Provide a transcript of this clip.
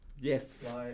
Yes